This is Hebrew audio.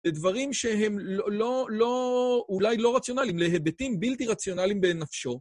לדברים שהם לא... לא... אולי לא רציונליים, להיבטים בלתי רציונליים בנפשו.